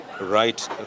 right